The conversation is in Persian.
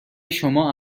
شما